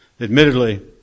Admittedly